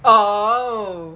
oh